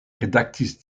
redaktis